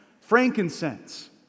Frankincense